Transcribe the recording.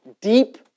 deep